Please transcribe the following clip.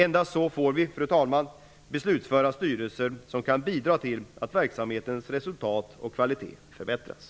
Endast så får vi beslutsföra styrelser som kan bidra till att verksamhetens resultat och kvalitet förbättras.